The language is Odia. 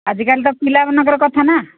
ଆଜିକାଲି ତ ପିଲାମାନଙ୍କର କଥା ନା